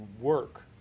work